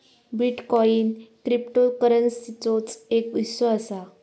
bitcoin क्रिप्टोकरंसीचोच एक हिस्सो असा